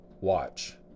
watch